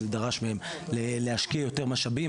וזה דרש מהם להשקיע יותר משאבים,